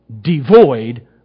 devoid